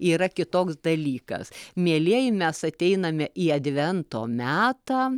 yra kitoks dalykas mielieji mes ateiname į advento metą